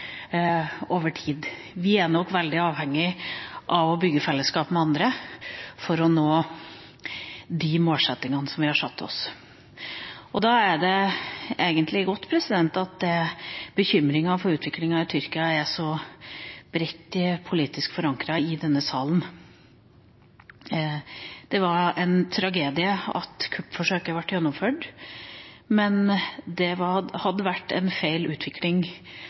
over tid. Vi er nok veldig avhengig av å bygge fellesskap med andre for å nå de målsettingene vi har satt oss. Da er det egentlig godt at bekymringen for utviklingen i Tyrkia er så bredt forankret politisk i denne salen. Det var en tragedie at kuppforsøket ble gjennomført, men det hadde vært en feil utvikling